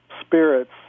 spirits